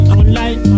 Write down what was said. online